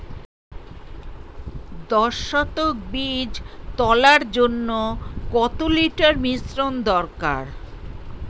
দশ শতক বীজ তলার জন্য কত লিটার মিশ্রন দরকার?